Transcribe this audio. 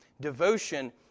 Devotion